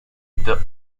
the